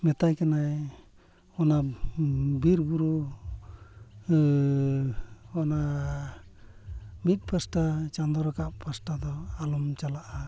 ᱢᱮᱛᱟᱭ ᱠᱟᱱᱟᱭ ᱚᱱᱟ ᱵᱤᱨ ᱵᱩᱨᱩ ᱚᱱᱟ ᱢᱤᱫ ᱯᱟᱥᱴᱟ ᱪᱟᱸᱫᱳ ᱨᱟᱠᱟᱵ ᱯᱟᱥᱴᱟ ᱫᱚ ᱟᱞᱚᱢ ᱪᱟᱞᱟᱜᱼᱟ